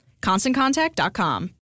ConstantContact.com